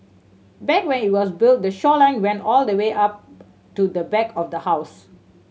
back when it was built the shoreline went all the way up to the back of the house